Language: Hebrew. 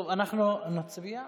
כשיש מחלוקת זה הולך למליאה.